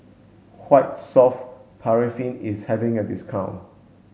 white soft paraffin is having a discount